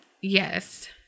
Yes